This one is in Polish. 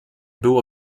było